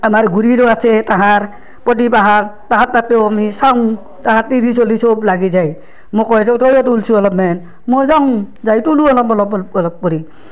আমাৰ গুৰিৰো আছে তাহাৰ প্ৰদীপ আহাৰ তাহাৰ তাতেও আমি চাউং তাহাৰ তিৰি চলি চব লাগি যায় মোক ক'ৱে ত' তয়ে তোলচোন অলপমেন ময়ো যাউং যাই তুলু অলপ অলপ অলপ অলপ কৰি